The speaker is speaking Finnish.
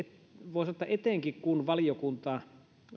sanoa että etenkin kun valiokunta